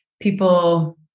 people